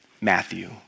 Matthew